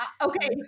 Okay